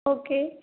okay